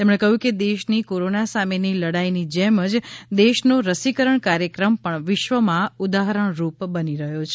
તેમણે કહ્યું કે દેશની કીરોના સામેની લડાઇની જેમ જ દેશનો રસીકરણ કાર્યક્રમ પણ વિશ્વમાં ઉદાહરણ રૂપ બની રહ્યો છે